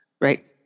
right